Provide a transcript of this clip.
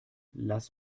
lass